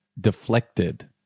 deflected